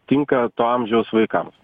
tinka to amžiaus vaikams